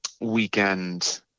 weekend